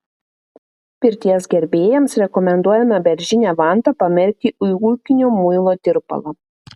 pirties gerbėjams rekomenduojama beržinę vantą pamerkti į ūkinio muilo tirpalą